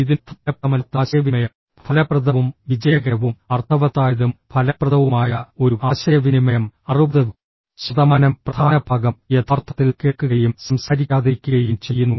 ഇതിനർത്ഥം ഫലപ്രദമല്ലാത്ത ആശയവിനിമയം ഫലപ്രദവും വിജയകരവും അർത്ഥവത്തായതും ഫലപ്രദവുമായ ഒരു ആശയവിനിമയം 60 ശതമാനം പ്രധാന ഭാഗം യഥാർത്ഥത്തിൽ കേൾക്കുകയും സംസാരിക്കാതിരിക്കുകയും ചെയ്യുന്നു